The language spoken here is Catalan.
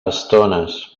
estones